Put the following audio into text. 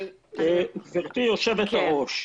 גבירתי יושבת-הראש,